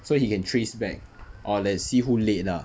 so he can trace back or like see who late lah